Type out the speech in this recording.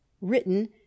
written